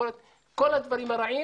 יכול להיות כול הדברים הרעים,